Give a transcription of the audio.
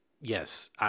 yes